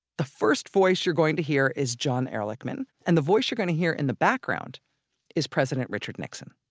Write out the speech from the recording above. the first voice you're going to hear is john ehrlichman. and the voice you're going to hear in the background is president richard nixon